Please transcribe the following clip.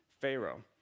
Pharaoh